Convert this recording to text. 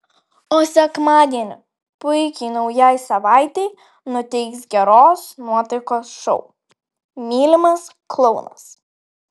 o sekmadienį puikiai naujai savaitei nuteiks geros nuotaikos šou mylimas klounas